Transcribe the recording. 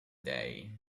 day